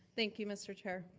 thank you, mr. chair,